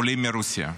עולים מרוסיה.